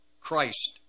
Christ